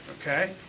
okay